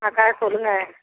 அக்கா சொல்லுங்கள்